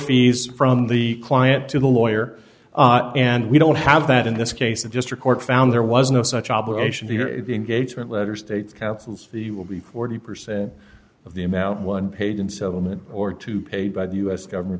fees from the client to the lawyer and we don't have that in this case it just a court found there was no such obligation to the engagement letter states counsel's the will be forty percent of the amount one page in settlement or two paid by the u s government